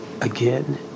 again